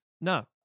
no